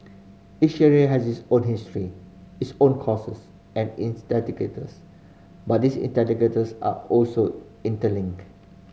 each area has its own history its own causes and instigators but these instigators are also interlinked